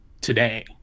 today